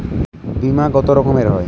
বিমা কত রকমের হয়?